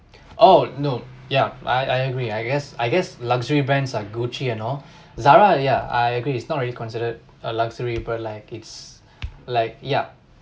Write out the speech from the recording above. oh no yeah I I agree I guess I guess luxury brands like Gucci and all Zara ya I agree it's not really considered a luxury but like it's like yup